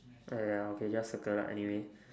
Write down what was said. !aiya! okay just circle lah anyway